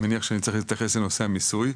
מניח שאני צריך להתייחס לנושא המיסוי.